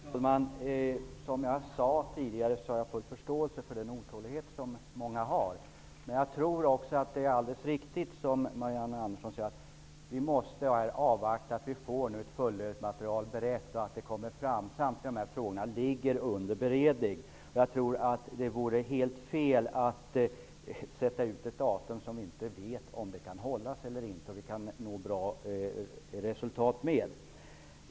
Herr talman! Som jag sade tidigare, har jag full förståelse för den otålighet som många har. Men jag tror också att det är alldeles riktigt som Marianne Andersson säger. Vi måste avvakta att vi får ett fullödigt material och att det kommer fram. Samtliga dessa frågor ligger under beredning. Det vore helt fel att sätta ut ett datum som vi inte vet om det kan hållas eller inte.